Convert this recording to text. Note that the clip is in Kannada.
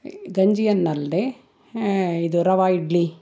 ಗಂಜಿಯನ್ನಲ್ಲದೆ ಇದು ರವಾ ಇಡ್ಲಿ